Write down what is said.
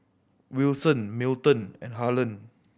Wilson Milton and Harland